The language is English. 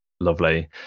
lovely